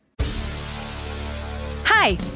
Hi